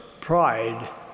pride